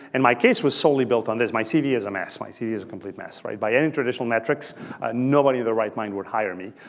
and my case was solely built on this. my cv is a mess. my cv is a complete mess. by any traditional metrics nobody of their right mind would hire me.